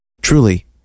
truly